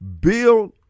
Build